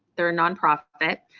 they're nonprofit.